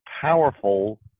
powerful